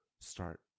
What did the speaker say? start